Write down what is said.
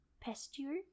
pasteur